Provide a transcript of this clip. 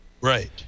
Right